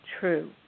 true